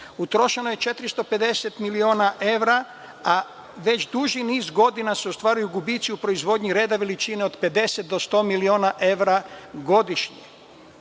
Utrošeno je 450 miliona evra, a već duži niz godina se ostvaruju gubici u proizvodnji reda veličine od 50 do 100 miliona evra godišnje. Zadnjih